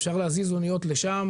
אפשר להזיז אניות לשם.